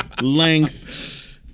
length